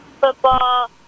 football